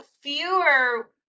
fewer